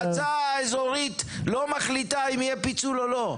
המועצה האזורית לא מחליטה אם יהיה פיצול או לא.